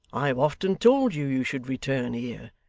i have often told you, you should return here.